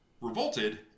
revolted